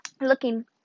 looking